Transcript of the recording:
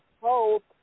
Hope